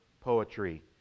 poetry